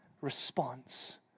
response